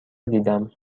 دیدم